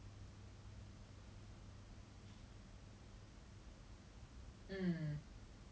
then maybe like grand parents 家才是家的感觉 then that's how you make a comparison [what] 不然你怎么知道 leh